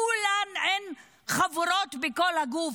כולן עם חבורות בכל הגוף.